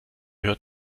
hört